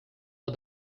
but